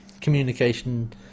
communication